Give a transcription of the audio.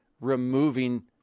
removing